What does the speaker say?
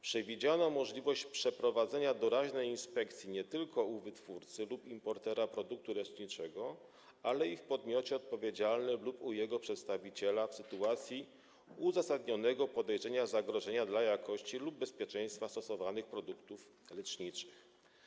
Przewidziano możliwość przeprowadzenia doraźnej inspekcji nie tylko u wytwórcy lub importera produktu leczniczego, ale i w podmiocie odpowiedzialnym lub u jego przedstawiciela w sytuacji uzasadnionego podejrzenia zagrożenia jakości lub bezpieczeństwa stosowanych produktów leczniczych.